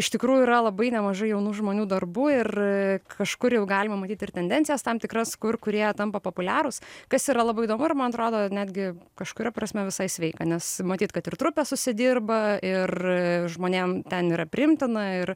iš tikrųjų yra labai nemažai jaunų žmonių darbų ir kažkur jau galima matyt ir tendencijas tam tikras kur kurie tampa populiarūs kas yra labai įdomu ar man atrodo netgi kažkuria prasme visai sveika nes matyt kad ir trupės užsidirba ir žmonėm ten yra priimtina ir